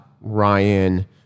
Ryan